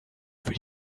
für